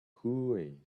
hooey